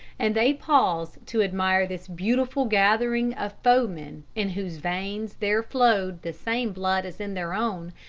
and they paused to admire this beautiful gathering of foemen in whose veins there flowed the same blood as in their own,